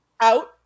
out